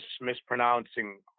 mispronouncing